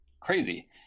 crazy